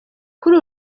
kuri